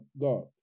God